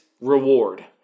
reward